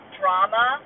drama